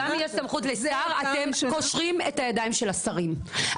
אתם קושרים את הידיים של השרים,